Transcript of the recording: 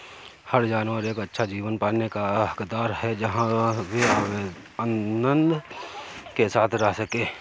हर जानवर एक अच्छा जीवन पाने का हकदार है जहां वे आनंद के साथ रह सके